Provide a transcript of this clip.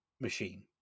machine